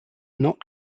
not